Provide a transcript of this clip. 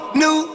new